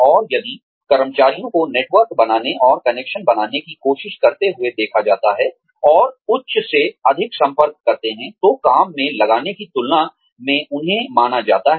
और यदि कर्मचारियों को नेटवर्क बनाने और कनेक्शन बनाने की कोशिश करते हुए देखा जाता है और उच्च से अधिक संपर्क करते हैं तो काम में लगाने की तुलना में उन्हें माना जाता है